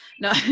no